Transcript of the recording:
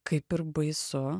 kaip ir baisu